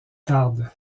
tarde